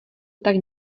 tak